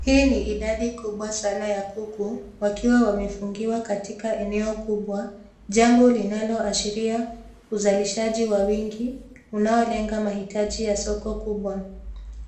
Hii ni idadi kubwa sana ya kuku wakiwa wamefungiwa katika eneo kubwa, jambo linaloashiria uzalishaji wa wingi unaolenga mahitaji ya soko kubwa.